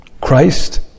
Christ